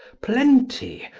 plenty,